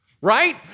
Right